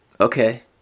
Okay